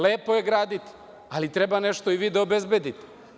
Lepo je graditi, ali treba nešto i vi da obezbediti.